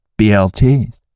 BLT's